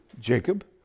Jacob